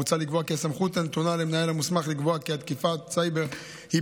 מוצע לקבוע כי הסמכות הנתונה למנהל המוסמך לקבוע כי תקיפת סייבר היא